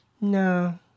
no